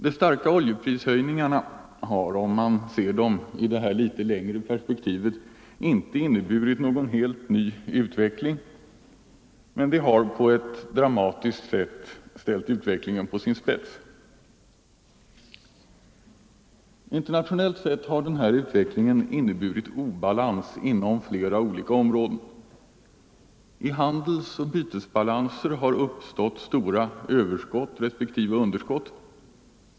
De starka oljeprishöjningarna har, om man ser dem i ett litet längre perspektiv, inte inneburit någon helt ny utveckling, men de har på ett dramatiskt sätt ställt utvecklingen på sin spets. Internationellt sett har denna utveckling inneburit obalans inom flera olika områden. I handelsoch bytesbalansen har uppstått stora överskott respektive underskott.